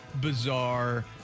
Bizarre